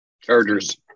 Chargers